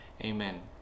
Amen